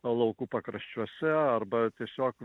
laukų pakraščiuose arba tiesiog